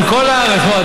בכל הארץ.